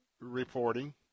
reporting